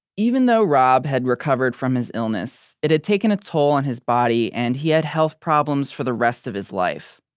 even though rob had recovered from his illness, it had taken a toll on his body and he had health problems for the rest of his life.